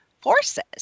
forces